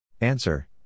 Answer